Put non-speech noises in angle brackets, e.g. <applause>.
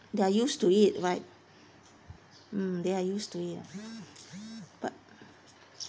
they're used to it right mm they are used to it ah <noise> but